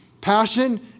Passion